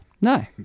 no